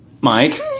Mike